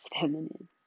feminine